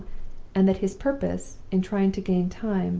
and that his purpose in trying to gain time